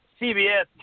CBS